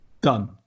Done